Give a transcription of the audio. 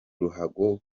ruhago